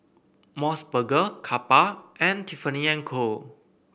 MOS burger Kappa and Tiffany And Co